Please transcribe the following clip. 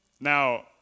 Now